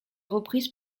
reprise